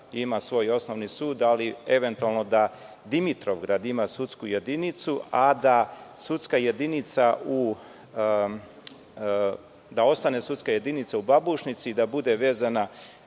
ima svoj osnovni sud, ali da eventualno Dimitrovgrad ima sudsku jedinicu, a da ostane sudska jedinica u Babušnici i da bude vezana